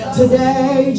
today